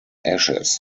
ashes